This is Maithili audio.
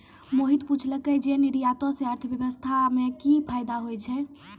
मोहित पुछलकै जे निर्यातो से अर्थव्यवस्था मे कि फायदा होय छै